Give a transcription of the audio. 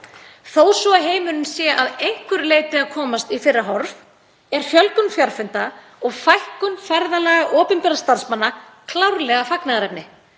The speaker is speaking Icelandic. Þó svo að heimurinn sé að einhverju leyti að komast í fyrra horf er fjölgun fjarfunda og fækkun ferðalaga opinberra starfsmanna klárlega fagnaðarefni.